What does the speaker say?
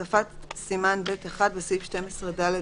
בסדר,